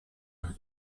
and